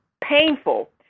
painful